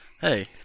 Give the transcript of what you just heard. Hey